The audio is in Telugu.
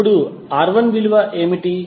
ఇప్పుడు R1 విలువ ఏమిటి